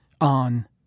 On